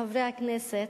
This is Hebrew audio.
חברי הכנסת,